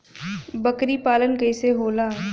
बकरी पालन कैसे होला?